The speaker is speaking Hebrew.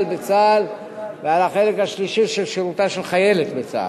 בצה"ל ועל החלק השלישי של שירותה של חיילת בצה"ל,